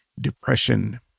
depression